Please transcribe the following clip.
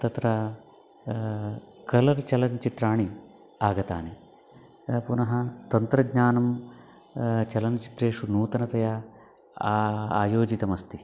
तत्र कलर् चलञ्चित्राणि आगतानि पुनः तन्त्रज्ञानं चलनचित्रेषु नूतनतया आयोजितमस्ति